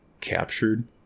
captured